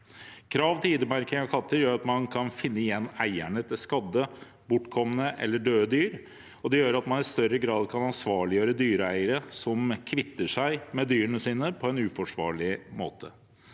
Krav til ID-merking av katter gjør at man kan finne igjen eierne til skadde, bortkomne eller døde dyr, og det gjør at man i større grad kan ansvarliggjøre dyreeiere som kvitter seg med dyrene sine på en uforsvarlig måte.